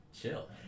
Chill